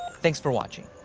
thanks for watching.